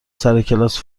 سرکلاس